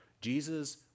Jesus